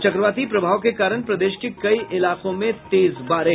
और चक्रवाती प्रभाव के कारण प्रदेश के कई इलाको में तेज बारिश